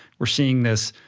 we're seeing this